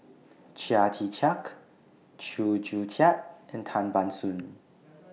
Chia Tee Chiak Chew Joo Chiat and Tan Ban Soon